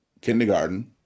kindergarten